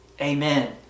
Amen